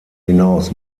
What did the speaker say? hinaus